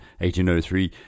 1803